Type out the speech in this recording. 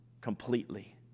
completely